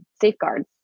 safeguards